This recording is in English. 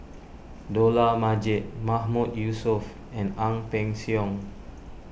Dollah Majid Mahmood Yusof and Ang Peng Siong